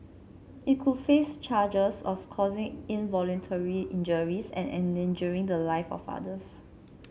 it could face charges of causing involuntary injuries and endangering the lives of others